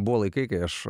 buvo laikai kai aš